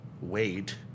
wait